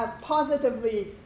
positively